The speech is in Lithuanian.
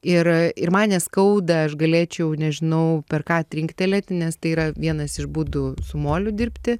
ir ir man neskauda aš galėčiau nežinau per ką trinktelėti nes tai yra vienas iš būdų su moliu dirbti